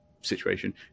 situation